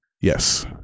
Yes